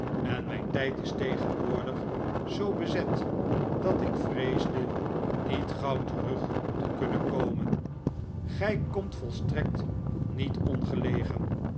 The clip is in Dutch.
en mijn tijd is tegenwoordig zoo bezet dat ik vreesde niet gauw terug te kunnen komen gij komt volstrekt niet ongelegen